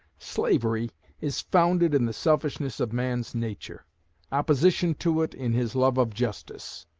slavery is founded in the selfishness of man's nature opposition to it, in his love of justice.